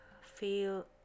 feel